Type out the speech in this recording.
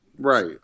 Right